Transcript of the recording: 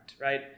right